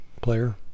player